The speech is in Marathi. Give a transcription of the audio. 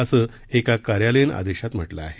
असं एका कार्यालयीन आदेशात म्हटलं आहे